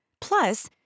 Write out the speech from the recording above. Plus